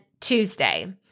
Tuesday